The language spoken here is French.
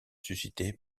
suscité